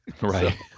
Right